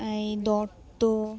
এই দত্ত